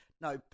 no